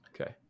Okay